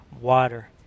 water